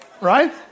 Right